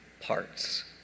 parts